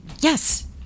yes